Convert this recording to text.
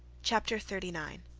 chapter thirty nine